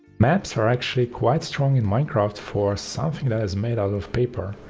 maps are actually quite strong in minecraft for something that is made out of paper.